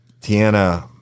Tiana